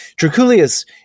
Draculius